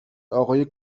آقای